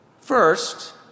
First